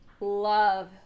love